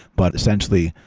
but, essentially,